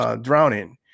drowning